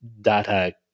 data